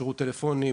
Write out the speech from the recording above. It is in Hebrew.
שירות טלפוני,